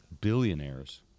billionaires